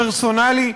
פרסונלי,